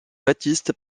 baptiste